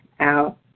out